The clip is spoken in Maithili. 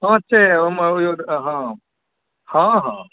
हाँ से हँ हँ